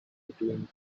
between